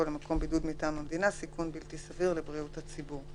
למקום בידוד מטעם המדינה סיכון בלתי סביר לבריאות הציבור.